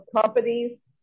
companies